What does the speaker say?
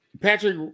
Patrick